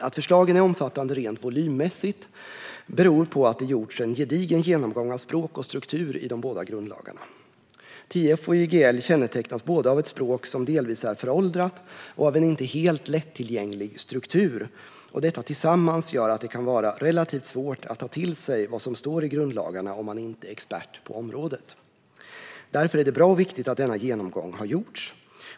Att förslagen är omfattande rent volymmässigt beror på att det har gjorts en gedigen genomgång av språk och struktur i de båda grundlagarna. TF och YGL kännetecknas båda av ett språk som delvis är föråldrat och en inte helt lättillgänglig struktur. Detta tillsammans gör att det kan vara relativt svårt att ta till sig vad som står i grundlagarna, om man inte är expert på området. Därför är det bra och viktigt att denna genomgång har gjorts.